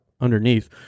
Underneath